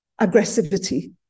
aggressivity